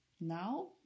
Now